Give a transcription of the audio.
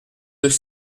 deux